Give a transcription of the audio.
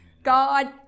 God